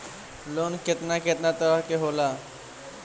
Loan केतना केतना तरह के होला?